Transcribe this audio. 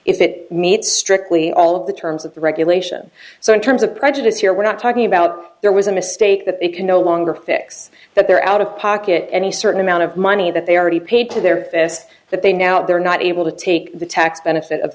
if it meets strictly all of the terms of the regulation so in terms of prejudice here we're not talking about there was a mistake that they can no longer fix that they're out of pocket any certain amount of money that they already paid to their best that they now they're not able to take the tax benefit of